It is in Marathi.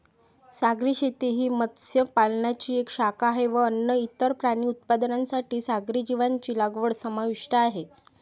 सागरी शेती ही मत्स्य पालनाची एक शाखा आहे व अन्न, इतर प्राणी उत्पादनांसाठी सागरी जीवांची लागवड समाविष्ट आहे